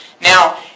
Now